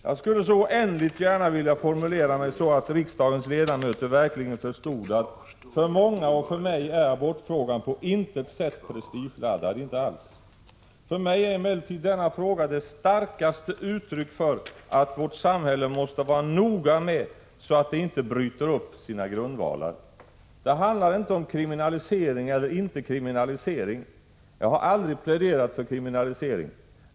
Jag skulle oändligt gärna vilja formulera mig så att riksdagens ledamöter verkligen förstod att för många, och för mig, är abortfrågan på intet sätt prestigeladdad, inte alls. För mig är emellertid denna fråga det starkaste uttrycket för att vårt samhälle måste vara noga så att det inte bryter upp sina grundvalar. Det handlar inte om kriminalisering eller inte kriminalisering. Jag har aldrig pläderat för kriminalisering.